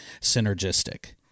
synergistic